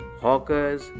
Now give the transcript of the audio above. Hawkers